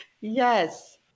Yes